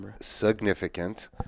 significant